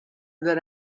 other